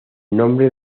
nombre